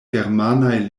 germanaj